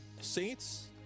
Saints